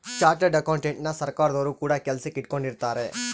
chartered ಅಕೌಂಟೆಂಟನ ಸರ್ಕಾರದೊರು ಕೂಡ ಕೆಲಸಕ್ ಇಟ್ಕೊಂಡಿರುತ್ತಾರೆ